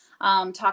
Talk